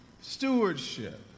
Stewardship